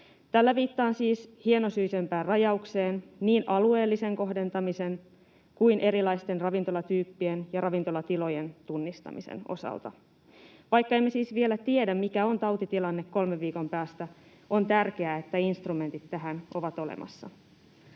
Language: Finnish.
Tällä viittaan siis hienosyisempään rajaukseen niin alueellisen kohdentamisen kuin erilaisten ravintolatyyppien ja ravintolatilojen tunnistamisen osalta. Vaikka emme siis vielä tiedä, mikä on tautitilanne kolmen viikon päästä, on tärkeää, että instrumentit tähän ovat olemassa.